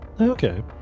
Okay